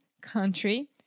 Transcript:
country